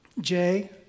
Jay